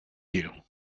you